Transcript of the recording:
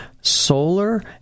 solar